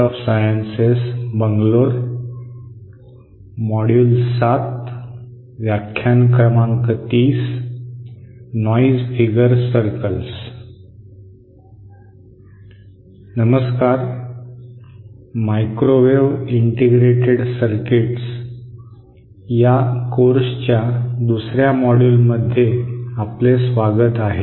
"microwave integrated circuit" या कोर्सच्या दुसर्या मॉड्यूलमध्ये आपले स्वागत आहे